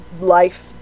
life